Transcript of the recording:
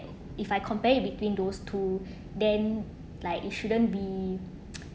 if I compare it between those two then like you shouldn't be